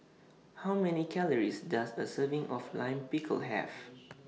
How Many Calories Does A Serving of Lime Pickle Have